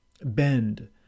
bend